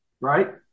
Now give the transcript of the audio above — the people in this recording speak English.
Right